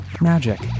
Magic